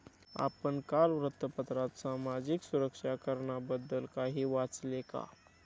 आपण काल वृत्तपत्रात सामाजिक सुरक्षा कराबद्दल काही वाचले का?